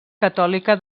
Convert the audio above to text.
catòlica